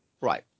Right